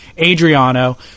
Adriano